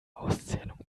auszählung